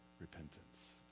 repentance